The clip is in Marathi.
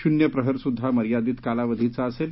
शून्य प्रहरसुद्धा मर्यादित कालावधीचा असेल